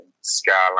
Skyline